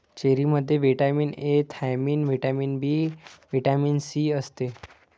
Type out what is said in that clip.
चेरीमध्ये vitamin A, thiamine, vitamin B, vitamin C असते